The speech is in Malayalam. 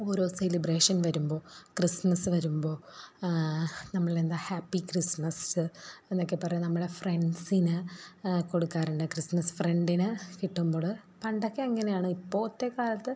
ഓരോ സെലിബ്രേഷൻ വരുമ്പോൾ ക്രിസ്മസ് വരുമ്പോൾ നമ്മൾ എന്താ ഹാപ്പി ക്രിസ്മസ് എന്നൊക്കെ പറഞ്ഞു നമ്മളെ ഫ്രണ്ട്സിനു കൊടുക്കാറുണ്ട് ക്രിസ്മസ് ഫ്രണ്ടിന് കിട്ടുമ്പോൾ പണ്ടൊക്കെ അങ്ങനെയാണ് ഇപ്പോഴത്തെ കാലത്ത്